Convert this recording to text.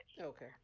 Okay